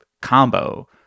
combo